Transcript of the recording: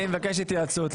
אני מבקש התייעצות.